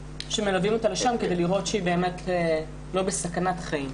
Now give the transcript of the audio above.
שמלווים אותה לדירה כדי לראות שהיא לא בסכנת חיים.